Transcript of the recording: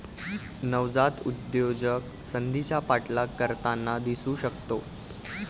नवजात उद्योजक संधीचा पाठलाग करताना दिसू शकतो